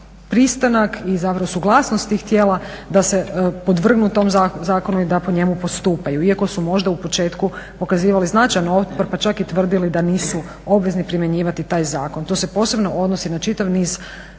pristanak i suglasnost tih tijela da se podvrgnu tom zakonu i da po njemu postupaju iako su možda u početku pokazivali značajan otpor pa čak i tvrdili da nisu obvezni primjenjivati taj zakon. To se posebno odnosi na čitav niz